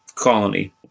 colony